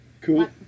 Cool